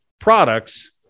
products